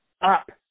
up